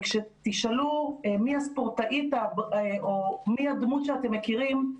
וכשתשאלו מי הספורטאית או מי הדמות שאתם מכירים,